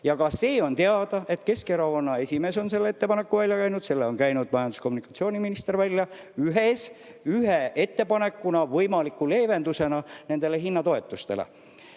Ka see on teada, et Keskerakonna esimees on selle ettepaneku välja käinud, selle on käinud majandus- ja kommunikatsiooniminister välja ühe ettepanekuna, võimaliku leevendusena hinnatoetustele.